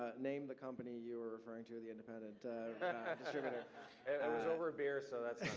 ah name the company you were referring to, the independent distributor. it was over a beer, so that's